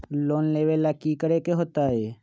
Loan लेवेला की करेके होतई?